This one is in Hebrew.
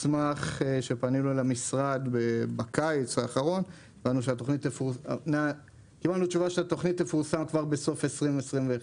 כשפנינו למשרד בקיץ האחרון קיבלנו תשובה שהתוכנית תפורסם כבר בסוף 2021,